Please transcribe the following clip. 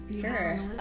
Sure